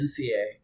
NCA